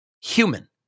human